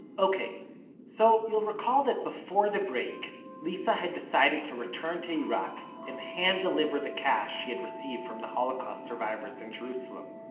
so you'll recall that before the break lisa had decided to return to iraq and hand-deliver the cash she had received from the holocaust survivors in jerusalem.